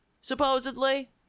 supposedly